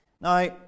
Now